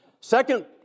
Second